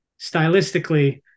stylistically